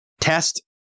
test